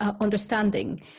understanding